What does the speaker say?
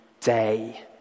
day